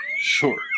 Sure